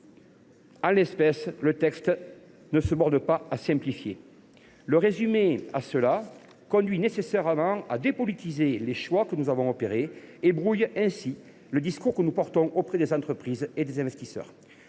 risques. Le texte ne se borne pas à simplifier. Le réduire à cela conduit nécessairement à dépolitiser les choix que nous avons opérés et brouille ainsi le discours que nous défendons auprès des entreprises et des investisseurs.